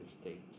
state